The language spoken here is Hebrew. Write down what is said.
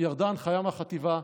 ירדה הנחיה מהחטיבה,